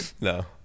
No